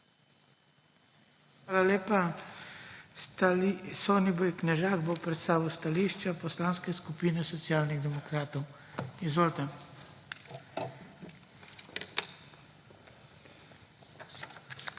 Hvala lepa. Soniboj Knežak bo predstavil stališče Poslanske skupine Socialnih demokratov. Izvolite. **SONIBOJ